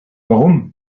warum